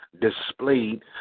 displayed